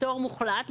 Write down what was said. פטור מוחלט.